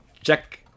Check